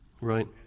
right